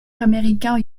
américain